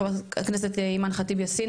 חברת הכנסת אימאן ח'טיב יאסין,